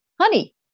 honey